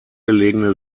gelegene